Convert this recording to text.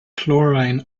chlorine